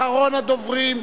אחרון הדוברים,